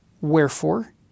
Wherefore